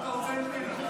מה אתה רוצה ממני.